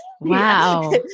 Wow